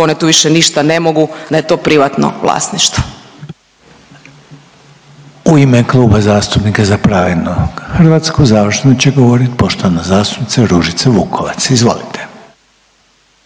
one tu više ništa ne mogu, da je to privatno vlasništvo.